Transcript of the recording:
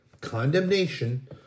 condemnation